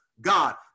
God